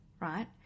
Right